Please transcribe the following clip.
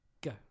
Go